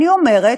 אני אומרת: